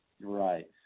Right